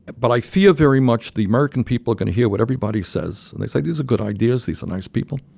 but i fear very much the american people are going to hear what everybody says. and they say, these are good ideas, these are nice people.